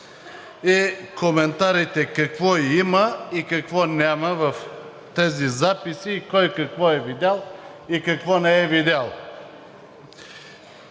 и коментарите какво има и какво няма в тези записи, кой какво е видял и какво не е видял.